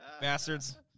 bastards